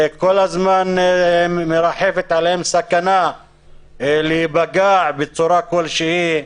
כל הזמן מרחפת עליהם סכנת פגיעה בצורה כלשהי,